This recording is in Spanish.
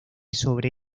sobre